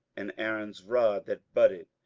and aaron's rod that budded,